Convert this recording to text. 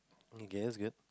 okay that's good